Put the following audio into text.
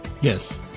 Yes